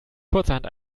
kurzerhand